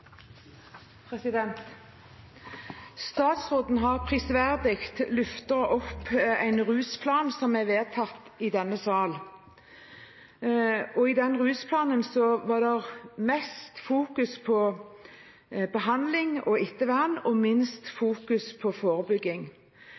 replikkordskifte. Statsråden har prisverdig løftet opp en rusplan som er vedtatt i denne sal, og i den rusplanen er det mest fokus på behandling og ettervern og minst